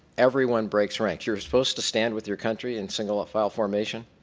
everyone breaks rank. you're supposed to stand with your country and single file formation.